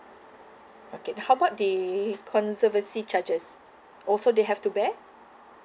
okay how about the conservancy charges also they have to bear